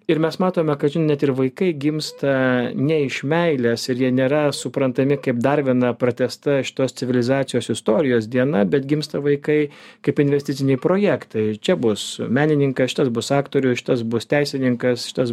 ir mes matome kad čia net ir vaikai gimsta ne iš meilės ir jie nėra suprantami kaip ar viena pratęsta šitos civilizacijos istorijos diena bet gimsta vaikai kaip investiciniai projektai čia bus menininkas šitas bus aktoriui šitas bus teisininkas šitas